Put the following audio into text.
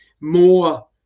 more